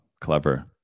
clever